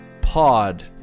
pod